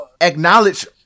acknowledge